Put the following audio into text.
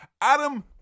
Adam